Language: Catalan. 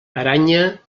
aranya